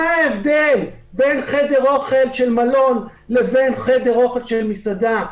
מה ההבדל בין חדר אוכל של מלון לבין חדר אוכל של מסעדה?